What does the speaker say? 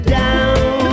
down